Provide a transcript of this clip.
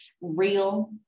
real